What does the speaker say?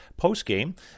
postgame